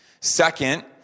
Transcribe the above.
Second